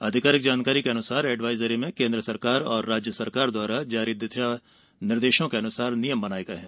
एक अधिकारिक जानकारी के अनुसार एडवाइजरी में केन्द्र सरकार और राज्य सरकार द्वारा जारी दिशा निर्देशों के अनुसार नियम बनाए गये है